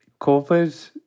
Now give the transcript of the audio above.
COVID